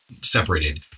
separated